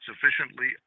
sufficiently